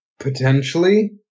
Potentially